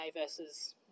versus